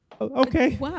Okay